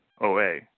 OA